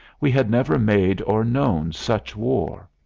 we had never made or known such war.